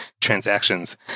transactions